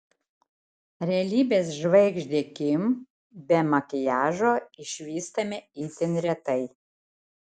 realybės žvaigždę kim be makiažo išvystame itin retai